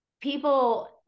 people